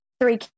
three